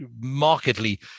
markedly